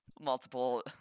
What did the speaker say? multiple